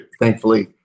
thankfully